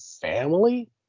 family